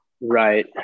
Right